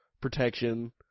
protection